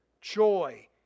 joy